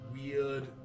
weird